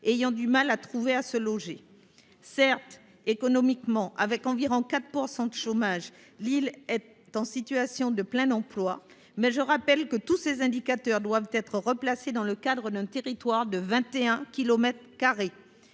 a du mal à se loger. Certes, économiquement, avec environ 4 % de chômage, l’île est en situation de plein emploi, mais ces indicateurs doivent être replacés dans le cadre d’un territoire de 21